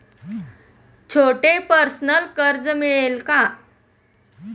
छोटे पर्सनल कर्ज मिळेल का?